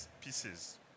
pieces